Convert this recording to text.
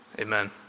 Amen